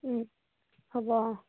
হ'ব অঁ